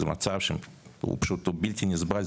זה מצב שהוא פשוט בלתי נסבל.